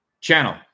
channel